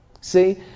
See